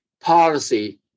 policy